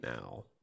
now